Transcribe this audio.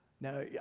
Now